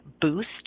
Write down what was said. boost